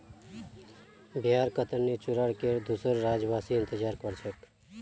बिहारेर कतरनी चूड़ार केर दुसोर राज्यवासी इंतजार कर छेक